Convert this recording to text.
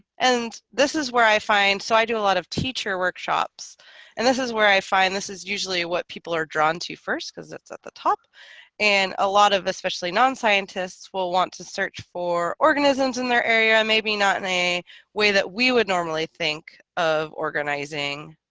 and this is where i find so i do a lot of teacher workshops and this is where i find this is usually what people are drawn to first because it's at the top and a lot of especially non scientists will want to search for organisms in their area and maybe not in a way that we would normally think of organizing,